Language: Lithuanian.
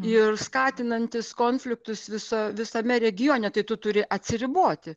ir skatinantys konfliktus viso visame regione tai tu turi atsiriboti